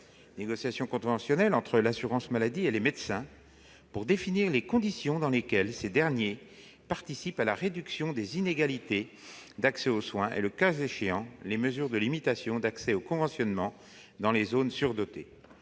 négociation conventionnelle entre l'assurance maladie et les médecins, pour définir les conditions dans lesquelles ces derniers participent à la réduction des inégalités d'accès aux soins et, le cas échéant, les mesures de limitation d'accès au conventionnement dans les zones surdotées.